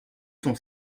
cent